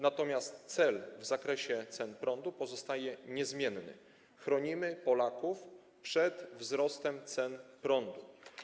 Natomiast cel w zakresie cen prądu pozostaje niezmienny - chronimy Polaków przed wzrostem cen prądu.